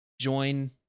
join